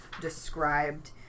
described